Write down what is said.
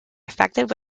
effected